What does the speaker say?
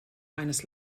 eines